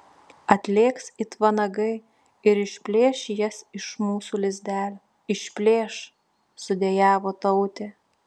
atlėks it vanagai ir išplėš jas iš mūsų lizdelio išplėš sudejavo tautė